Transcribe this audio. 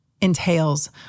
entails